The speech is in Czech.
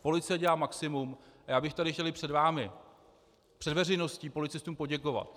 Policie dělá maximum a já bych tady chtěl i před vámi, před veřejností, policistům poděkovat.